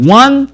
one